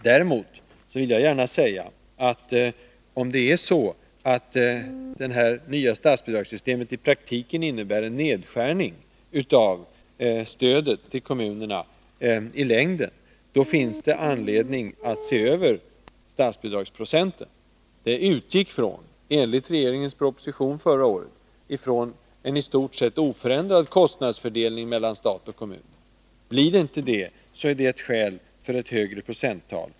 Däremot vill jag gärna säga, att om det nya statsbidragssystemet i praktiken och i längden innebär en nedskärning av stödet till kommunerna, så finns det anledning att justera statsbidragsprocenten. Enligt regeringens proposition förra året utgick bidragsprocenten från en i stort sett oförändrad kostnadsfördelning mellan stat och kommun. Blir den inte det, finns det skäl för ett högre procenttal.